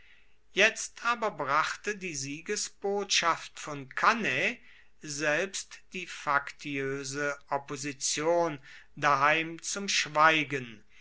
jetzt aber brachte die siegesbotschaft von cannae selbst die faktioese opposition daheim zum schweigen